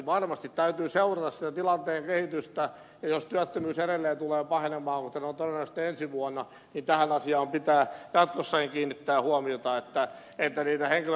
varmasti täytyy seurata sitä tilanteen kehitystä ja jos työttömyys edelleen tulee pahenemaan kuten tulee todennäköisesti ensi vuonna niin tähän asiaan pitää jatkossakin kiinnittää huomiota että niitä henkilöresursseja siihen tulee